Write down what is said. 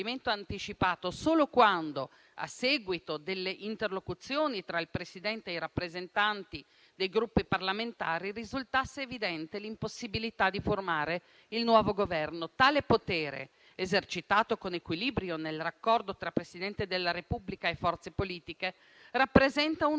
anticipato solo quando, a seguito delle interlocuzioni tra il Presidente e i rappresentanti dei Gruppi parlamentari, risultasse evidente l'impossibilità di formare il nuovo Governo. Tale potere, esercitato con equilibrio nel raccordo tra Presidente della Repubblica e forze politiche, rappresenta uno